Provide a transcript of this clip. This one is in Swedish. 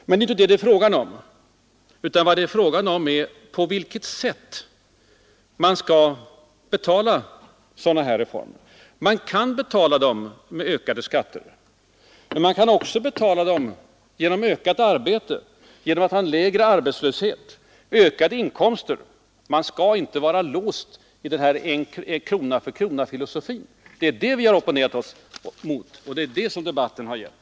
Men det är inte detta det gäller, utan det är fråga om på vilket sätt sådana reformer skall betalas. Man kan betala dem med ökade skatter, men man kan också betala dem genom ökat arbete, genom att ha en lägre arbetslöshet och ökade inkomster. Man skall inte vara låst av en krona-för-krona-filosofi. Det är det vi har opponerat oss mot, och det är det som debatten har gällt.